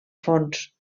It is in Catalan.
fons